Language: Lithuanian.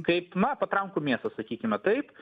kaip na patrankų mėsą sakykime taip